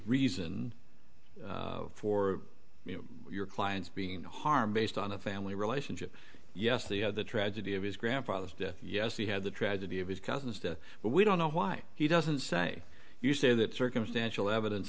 reason for your clients being harmed based on a family relationship yes the tragedy of his grandfather's death yes he had the tragedy of his cousin's death but we don't know why he doesn't say you say that circumstantial evidence